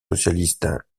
socialiste